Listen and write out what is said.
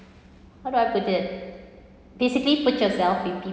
how do I put it basically put yourself with